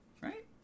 Right